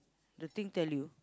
the thing tell you